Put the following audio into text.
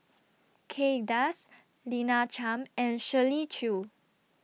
Kay Das Lina Chiam and Shirley Chew